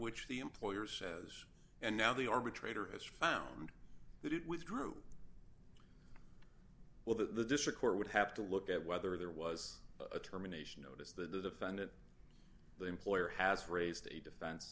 which the employer says and now the arbitrator has found that it withdrew well that the district court would have to look at whether there was a termination notice that the defendant the employer has raised a defense